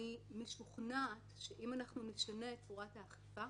אני משוכנעת שאם אנחנו נשנה את צורת האכיפה,